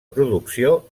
producció